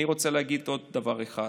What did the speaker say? אני רוצה להגיד עוד דבר אחד.